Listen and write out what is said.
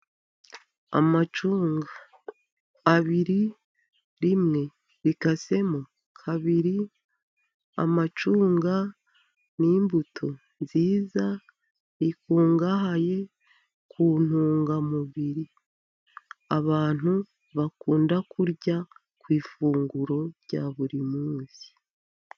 Amacunga abiri rimwe rikasemo kabiri. Amacunga ni imbuto nziza ikungahaye ku ntungamubiri, abantu bakunda kurya ku ifunguro rya buri munsi.